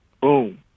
boom